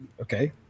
okay